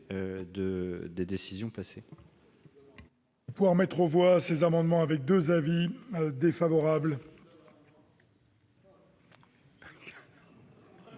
des décisions passées.